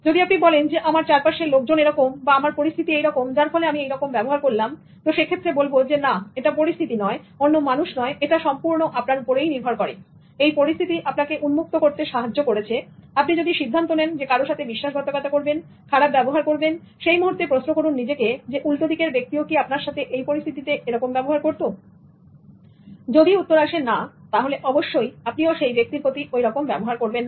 যদি আপনি বলেন যে আমার চারপাশের লোকজন এরকম বা আমার পরিস্থিতি এইরকম যার ফলে আমি এই রকম ভাবে ব্যবহার করলাম তো সেক্ষেত্রে বলবো না এটা পরিস্থিতি নয় অন্য মানুষ নয় এটা সম্পূর্ণ আপনার উপরেই নির্ভর করে এই পরিস্থিতি আপনাকে উন্মুক্ত করতে সাহায্য করেছেআপনি যদি সিদ্ধান্ত নেন কারো সাথে বিশ্বাসঘাতকতা করবেন খারাপ ব্যবহার করবেন সেই মুহূর্তে প্রশ্ন করুন নিজেকে উল্টোদিকের ব্যক্তিও কি আপনার সাথে এই পরিস্থিতিতে এরকম ব্যবহার করত যদি উত্তর আসে "না" তাহলে অবশ্যই আপনিও সেই ব্যক্তির প্রতি ওইরকম ব্যবহার করবেন না